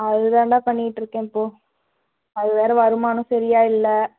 அதுதான்டா பண்ணிகிட்டுருக்கேன் இப்போது அது வேறு வருமானம் சரியா இல்லை